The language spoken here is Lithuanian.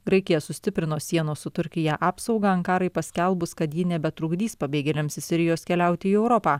graikija sustiprino sienos su turkija apsaugą ankarai paskelbus kad ji nebetrukdys pabėgėliams iš sirijos keliauti į europą